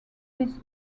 this